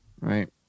right